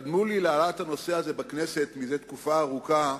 קדמו לי בהעלאת הנושא הזה בכנסת, זה תקופה ארוכה,